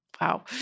Wow